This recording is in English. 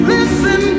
Listen